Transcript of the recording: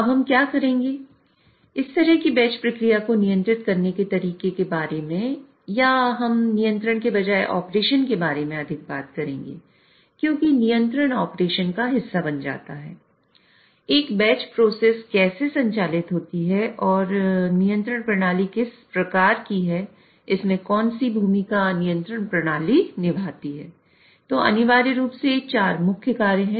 अब हम क्या करेंगे इस तरह की बैच प्रक्रिया के साथ कैसे संबंधित हैं